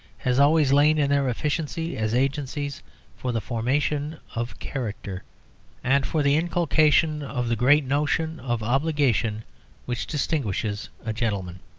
has always lain in their efficiency as agencies for the formation of character and for the inculcation of the great notion of obligation which distinguishes a gentleman.